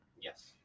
yes